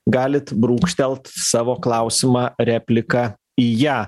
galit brūkštelt savo klausimą repliką į ją